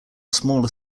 smaller